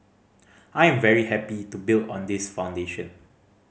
I am very happy to build on this foundation